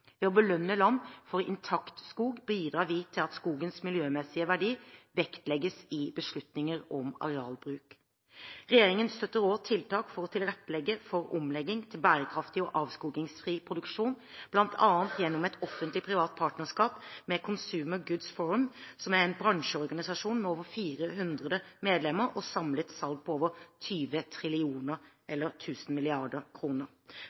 Ved å belønne land for intakt skog bidrar vi til at skogens miljømessige verdi vektlegges i beslutninger om arealbruk. Regjeringen støtter også tiltak for å tilrettelegge for omlegging til bærekraftig og avskogingsfri produksjon, bl.a. gjennom et offentlig–privat partnerskap med Consumer Goods Forum, som er en bransjeorganisasjon med over 400 medlemmer og et samlet salg på over 20 trillioner – eller 1 000 mrd. – kroner.